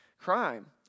crime